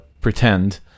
pretend